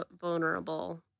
vulnerable